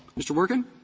mr. wirken.